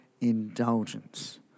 indulgence